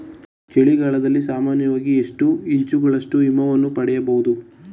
ಚಳಿಗಾಲದಲ್ಲಿ ಸಾಮಾನ್ಯವಾಗಿ ಎಷ್ಟು ಇಂಚುಗಳಷ್ಟು ಹಿಮವನ್ನು ಪಡೆಯಬಹುದು?